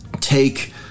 take